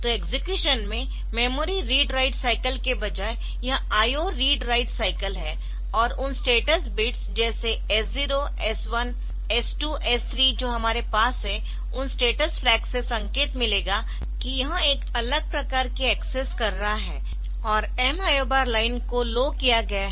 तो एक्सेक्यूशन में memory read write cycle के बजाय यह IO रीड राइट साइकल है और उन स्टेटस बिट्स जैसे S0 S1 S2 S3 जो हमारे पास है उन स्टेटस फ्लैग से संकेत मिलेगा कि यह एक अलग प्रकार की एक्सेस कर रहा है और M IO बार लाइन को लो किया गया है